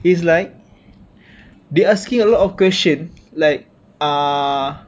it's like they asking a lot of question like uh